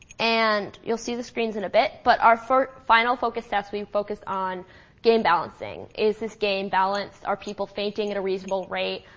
and you'll see the screens in a bit. but our final focus test, we focused on game balancing. is this game balanced? are people fainting at a reasonable rate?